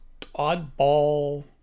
oddball